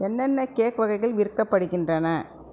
என்னென்ன கேக் வகைகள் விற்கப்படுகின்றன